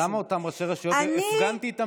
אז למה אותם ראשי רשויות הפגנתי איתם